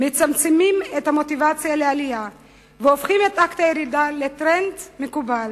מצמצמים את המוטיבציה לעלייה והופכים את אקט הירידה לטרנד מקובל